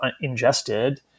ingested